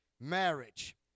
marriage